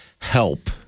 help